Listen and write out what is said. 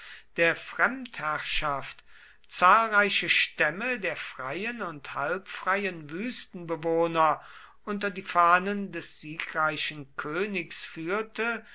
der fremdherrschaft zahlreiche stämme der freien und halbfreien wüstenbewohner unter die fahnen des siegreichen königs führte